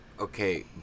Okay